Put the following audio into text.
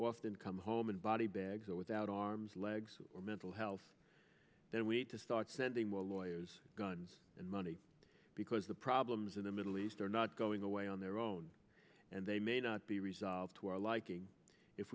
often come home in body bags or without arms legs or mental health then we need to start sending more lawyers guns and money because the problems in the middle east are not going away on their own and they may not be resolved to our liking if